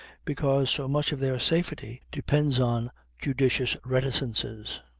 because so much of their safety depends on judicious reticences.